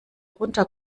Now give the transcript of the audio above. runter